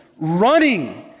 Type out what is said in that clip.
running